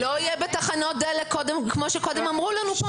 לא יהיה בתחנות דלק, כמו שקודם אמרו לנו פה?